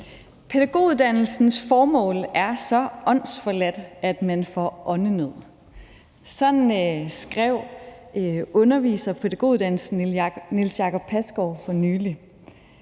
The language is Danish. »Pædagoguddannelsens formål er så åndsforladt, at man får åndenød«. Sådan skrev underviser på pædagoguddannelsen Niels Jakob Pasgaard for nylig.